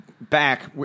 back